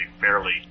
fairly